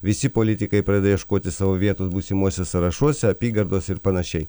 visi politikai pradeda ieškoti savo vietos būsimuose sąrašuose apygardose ir panašiai